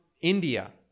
India